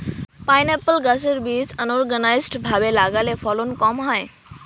pineapple গাছের বীজ unorganised ভাবে লাগালে ফলন কম হয়